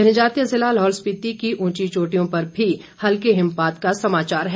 जनजातीय जिला लाहौल स्पिति की ऊंची चोटियों पर भी हल्के हिमपात का समाचार है